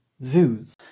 zoos